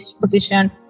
position